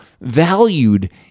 valued